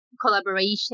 collaboration